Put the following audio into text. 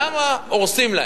למה הורסים להם.